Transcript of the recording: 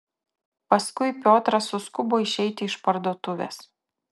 paskui piotras suskubo išeiti iš parduotuvės